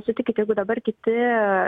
sutikit jeigu dabar kiti